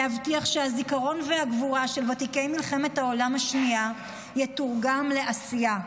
ולהבטיח שהזיכרון והגבורה של ותיקי מלחמת העולם השנייה יתורגם לעשייה,